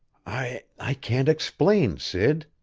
i i can't explain, sid.